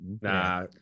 Nah